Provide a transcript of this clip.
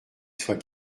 soit